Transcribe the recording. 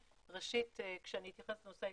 ראשית, כשאני אתייחס לנושא ההתמכרויות,